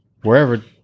wherever